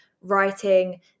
writing